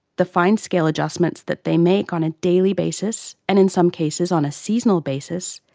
the fine scale adjustments that they make on a daily basis, and in some cases on a seasonal basis,